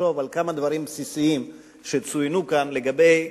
לחשוב על כמה דברים בסיסיים שצוינו כאן לגבי,